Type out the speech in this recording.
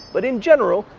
but in general,